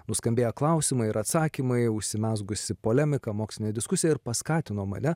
nuskambėję klausimai ir atsakymai užsimezgusi polemika mokslinė diskusija ir paskatino mane